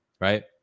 right